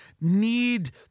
need